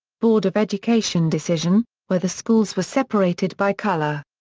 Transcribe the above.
board of education decision, where the schools were separated by color.